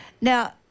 Now